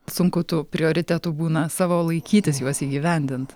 sunku tų prioritetų būna savo laikytis juos įgyvendint